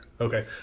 Okay